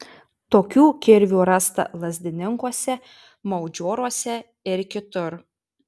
tokių kirvių rasta lazdininkuose maudžioruose ir kitur